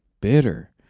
bitter